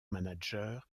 manager